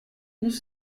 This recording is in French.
nous